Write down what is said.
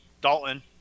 Dalton